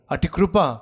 Atikrupa